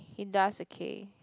he does okay